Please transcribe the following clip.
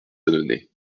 annonay